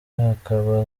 akaba